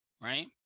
right